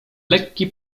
lekki